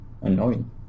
annoying